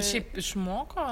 šiaip išmoko